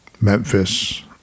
Memphis